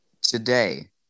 today